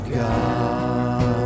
god